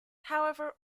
however